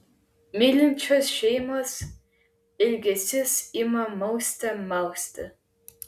mylinčios šeimos ilgesys ima mauste mausti